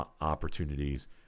opportunities